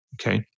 Okay